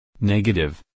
Negative